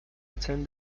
attend